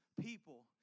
people